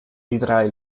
ritrae